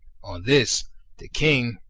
on this the king,